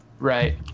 Right